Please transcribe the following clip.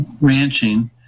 ranching